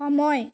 সময়